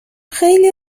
خیلی